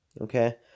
okay